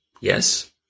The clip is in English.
Yes